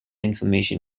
information